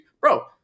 Bro